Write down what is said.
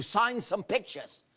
sign some pictures.